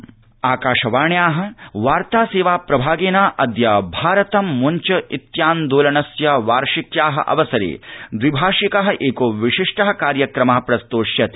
उद्वोषणा आकाशवाण्या वार्ता सेवा प्रभागेन अद्य भारतं मुब्च इत्यान्दोलनस्य वार्षिक्या अवसरे द्विभाषिक एको विशिष्ट कार्यक्रम प्रस्तोष्यते